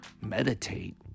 meditate